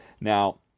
Now